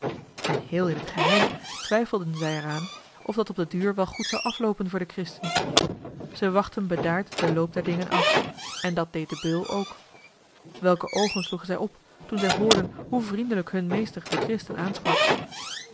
en heel in t geheim twijfelden zij er aan of dat op den duur wel goed zou afloopen voor den christen ze wachtten bedaard den loop der dingen af en dat deed de beul ook welke oogen sloegen zij op toen zij hoorden hoe vriendelijk hun meester den christen aansprak